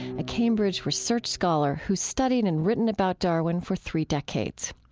a cambridge research scholar who's studied and written about darwin for three decades.